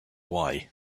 why